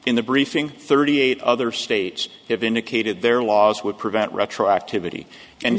in the briefing thirty eight other states have indicated their laws would prevent retroactivity and